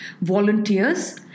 volunteers